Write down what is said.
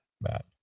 Matt